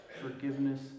forgiveness